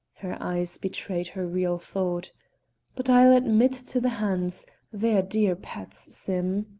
her eyes betrayed her real thought but i'll admit to the hands they're dear pets, sim.